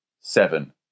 seven